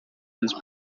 his